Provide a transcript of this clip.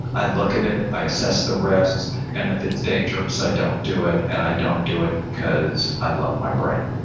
i look at it. i assess the risk and if it's dangerous, i don't do it. and i don't do it because i love my brain.